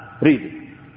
reading